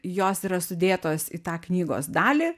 jos yra sudėtos į tą knygos dalį